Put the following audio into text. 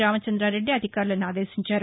రామచంద్రారెడ్డి అధికారులను ఆదేశించారు